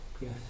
Yes